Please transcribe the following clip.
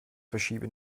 verschiebe